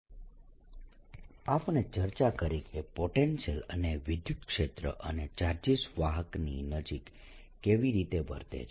વાહકો માટે reciprocity theorem - I આપણે ચર્ચા કરી કે પોટેન્શિયલ અને વિદ્યુતક્ષેત્ર અને ચાર્જીસ વાહકની નજીક કેવી રીતે વર્તે છે